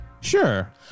Sure